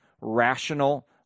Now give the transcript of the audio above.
rational